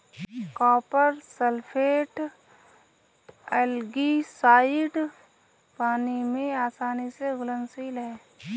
copper sulphate algicide पानी में आसानी से घुलनशील है